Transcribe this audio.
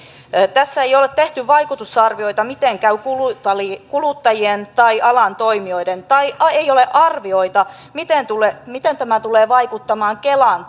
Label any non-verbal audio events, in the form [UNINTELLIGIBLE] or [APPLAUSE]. tässä ei ole tehty vaikutusarvioita miten käy kuluttajien kuluttajien tai alan toimijoiden tai ei ei ole arvioita miten tämä tulee vaikuttamaan kelan [UNINTELLIGIBLE]